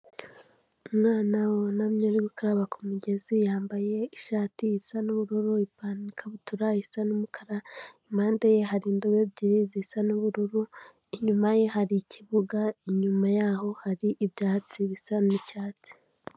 Umwana wunamye ari gukaraba kumugezi yambaye ishati isa n'ubururu ipan ikabutura isa n'umukara, impande ye hari indobo ebyiri zisa nu'ubururu inyuma ye hari ikibuga inyuma yaho hari ibyatsi bisa niicyatsi.